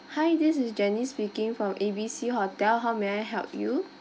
hi this is janice speaking from A_B_C hotel how may I help you